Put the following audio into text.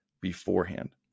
beforehand